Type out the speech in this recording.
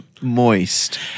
moist